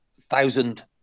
thousand